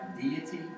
deity